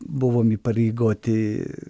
buvom įpareigoti